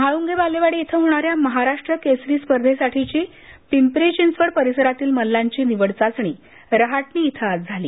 म्हाळूंगे बालेवाडी इथं होणा या महाराष्ट्र केसरी स्पर्धेसाठीची पिंपरी चिंचवड परीसरातील मल्लांची निवड चाचणी रहाटणी इथं आज झाली